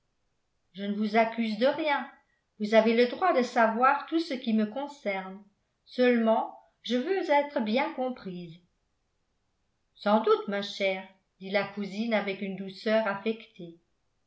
je ne vous accuse de rien vous avez le droit de savoir tout ce qui me concerne seulement je veux être bien comprise sans doute ma chère dit la cousine avec une douceur affectée